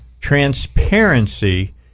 transparency